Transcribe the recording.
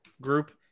group